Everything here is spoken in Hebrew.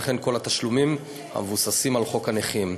וכל התשלומים מבוססים על חוק הנכים.